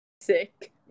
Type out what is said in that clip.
Sick